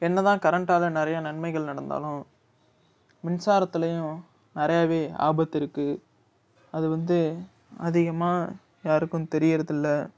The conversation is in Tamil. என்ன தான் கரண்ட்டால் நிறைய நன்மைகள் நடந்தாலும் மின்சாரத்துலையும் நிறையவே ஆபத்து இருக்கு அது வந்து அதிகமாக யாருக்கும் தெரியுறதுல்ல